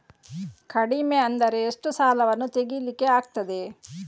ಕಡಿಮೆ ಅಂದರೆ ಎಷ್ಟು ಸಾಲವನ್ನು ತೆಗಿಲಿಕ್ಕೆ ಆಗ್ತದೆ?